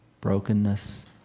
brokenness